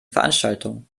veranstaltung